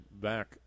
back